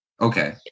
Okay